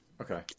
Okay